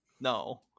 no